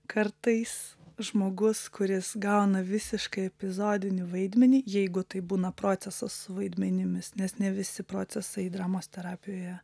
kartais žmogus kuris gauna visiškai epizodinį vaidmenį jeigu tai būna procesas su vaidmenimis nes ne visi procesai dramos terapijoje